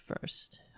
first